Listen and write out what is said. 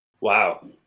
Wow